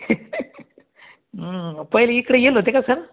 पहिले इकडे इल होते का सर